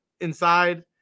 inside